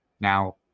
Now